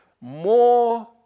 more